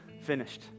finished